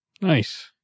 Nice